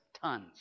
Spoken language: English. tons